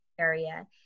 Area